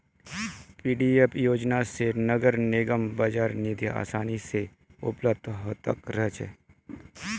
PFDP योजना स नगर निगमक बाजार निधि आसानी स उपलब्ध ह त रह छेक